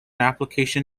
application